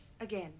again